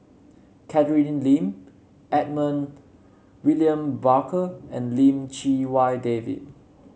Catherine Lim Edmund William Barker and Lim Chee Wai David